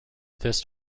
this